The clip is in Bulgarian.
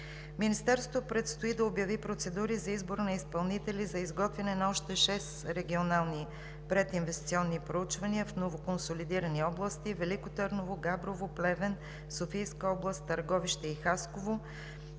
Министерството предстои да обяви процедури за избор на изпълнители за изготвяне на още шест регионални прединвестиционни проучвания в новоконсолидирани области: Велико Търново, Габрово, Плевен, Софийска област, Търговище и Хасково.